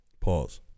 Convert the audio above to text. pause